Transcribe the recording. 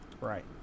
Right